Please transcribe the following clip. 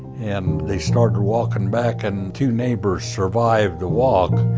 and they started walkin' back, and two neighbors survived the walk,